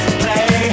play